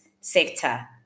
sector